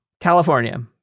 California